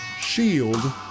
Shield